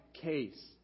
case